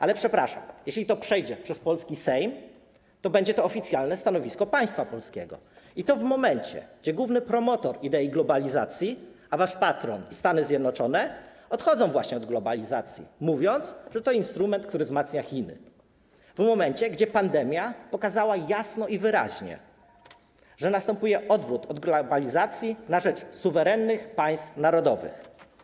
Ale przepraszam, jeśli to przejdzie przez polski Sejm, to będzie to oficjalne stanowisko państwa polskiego, i to w momencie, gdy główny promotor idei globalizacji, a wasz patron, Stany Zjednoczone, odchodzi właśnie od globalizacji, mówiąc, że to jest instrument, który wzmacnia Chiny, w momencie gdy pandemia pokazała jasno i wyraźnie, że następuje odwrót od globalizacji na rzecz suwerennych państw narodowych.